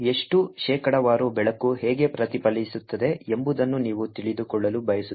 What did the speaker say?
ಎಷ್ಟು ಶೇಕಡಾವಾರು ಬೆಳಕು ಹೇಗೆ ಪ್ರತಿಫಲಿಸುತ್ತದೆ ಎಂಬುದನ್ನು ನೀವು ತಿಳಿದುಕೊಳ್ಳಲು ಬಯಸುತ್ತೀರಿ